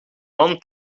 man